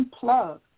unplug